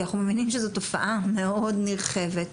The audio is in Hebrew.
כי אנחנו מבינים שזו תופעה מאד נרחבת.